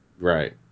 Right